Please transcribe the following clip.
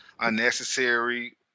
unnecessary